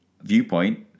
viewpoint